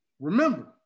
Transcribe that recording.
Remember